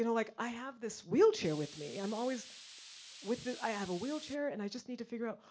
you know like, i have this wheelchair with me, i'm always with it, i have a wheelchair and i just need to figure out,